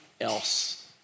else